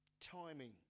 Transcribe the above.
timing